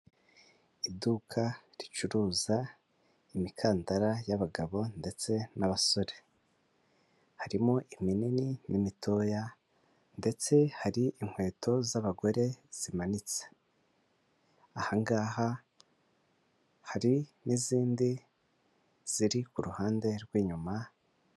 Iduka ricuruza imikandara y'abagabo ndetse n'abasore, harimo iminini n'imitoya ndetse hari inkweto z'abagore zimanitse, aha ngaha hari n'izindi ziri ku ruhande rw'inyuma.